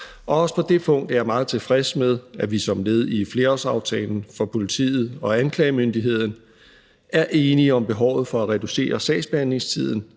også på det punkt er jeg meget tilfreds med, at vi som led i flerårsaftalen for politi og anklagemyndighed er enige om behovet for at reducere sagsbehandlingstiden